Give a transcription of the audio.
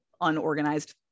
unorganized